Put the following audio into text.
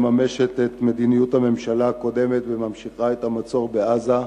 ממשלת ישראל מממשת את מדיניות הממשלה הקודמת וממשיכה את המצור בעזה,